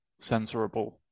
censorable